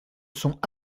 sont